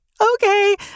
okay